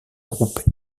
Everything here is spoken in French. groupe